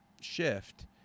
shift